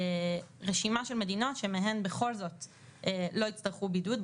רשימת מדינות שבחזרה מהן בכל זאת לא יצטרכו בידוד.